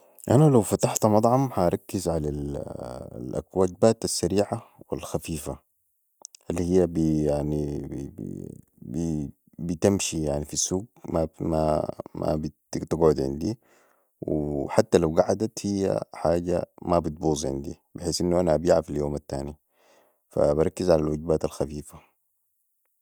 أنا لو فتحت مطعم ح اركز على الوجبات السريعة والخفيفه الهيا بي بتمشي في السوق مابتقعد عندي وحتي لو قعدت هي حاجة مابتبوظ عندي بحيث انو ابيعا في اليوم التالي ف بركز علي الوجبات الخفيفة